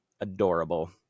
adorable